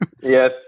Yes